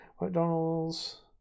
McDonald's